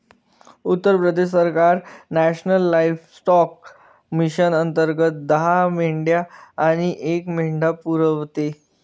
उत्तर प्रदेश सरकार national livestock mission अंतर्गत दहा मेंढ्या आणि एक मेंढा पुरवते